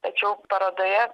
tačiau parodoje